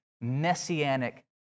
messianic